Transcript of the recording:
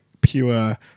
pure